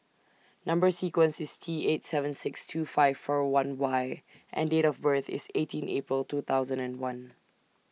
Number sequence IS T eight seven six two five four one Y and Date of birth IS eighteen April two thousand and one